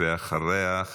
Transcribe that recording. ואחריה,